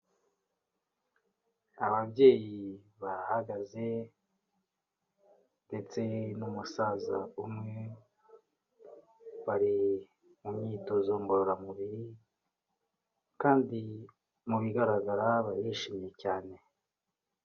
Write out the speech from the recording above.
Ababyeyi barahagaze ndetse n'umusaza umwe, bari mu myitozo ngororamubiri kandi mu bigaragara barishimye cyane.